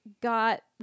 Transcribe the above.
got